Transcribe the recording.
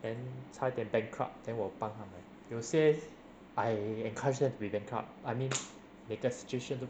then 差一点 bankrupt then 我帮他们有些 I encouraged them to be bankrupt I mean the registration